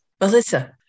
Melissa